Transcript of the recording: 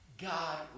God